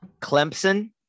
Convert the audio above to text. Clemson